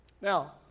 Now